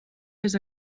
les